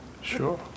Sure